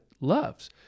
loves